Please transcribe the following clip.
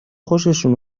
خوششون